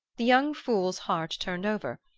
the young fool's heart turned over,